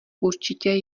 určitě